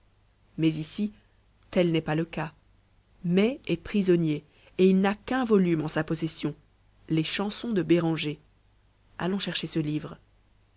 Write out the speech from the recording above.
mais ici tel n'est pas le cas mai est prisonnier et il n'a qu'un volume en sa possession les chansons de béranger allons chercher ce livre